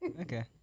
Okay